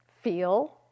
feel